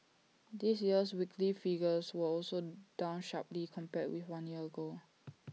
this year's weekly figures were also down sharply compared with one year ago